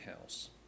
House